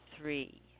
three